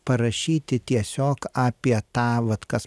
parašyti tiesiog apie tą vat kas